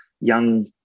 young